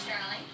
Charlie